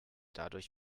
dadurch